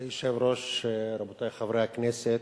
כבוד היושב-ראש, רבותי חברי הכנסת,